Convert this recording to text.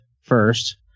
first